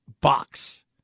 box